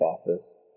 office